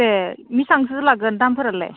ए बेसेबांसो लागोन दामफोरालाय